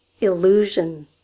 Illusion